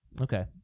Okay